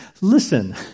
Listen